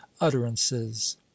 utterances